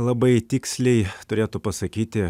labai tiksliai turėtų pasakyti